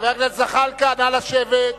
חבר הכנסת זחאלקה, נא לשבת.